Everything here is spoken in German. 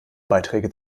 beiträge